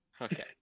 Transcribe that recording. Okay